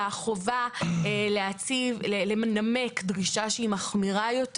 לחובה לנמק דרישה שהיא מחמירה יותר